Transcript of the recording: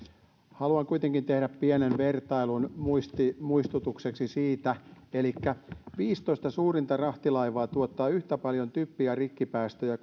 haluan kuitenkin tehdä pienen vertailun muistutukseksi elikkä viisitoista suurinta rahtilaivaa tuottaa yhtä paljon typpi ja rikkipäästöjä